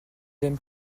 aiment